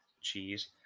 cheese